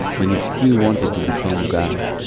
when he still wanted to become god.